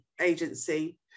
agency